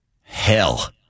hell